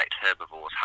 herbivores